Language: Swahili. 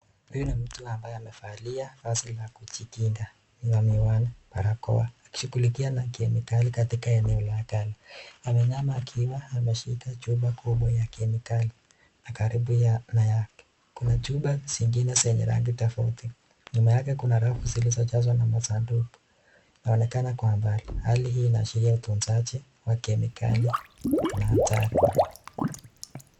Huyu ni mtu ambaye amevalia vazi la kujikinga, miwani na barakoa akitumia kemikali. Anaonekana akiwa ameshika chupa kubwa ya serikali. Kuna chupa zingine za rangi tofauti. Nyuma yake kuna rafu zilizopangwa vitu. Hali hii kuonyesha utunzaji na kujizuia dhidi ya hatari.